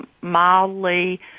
mildly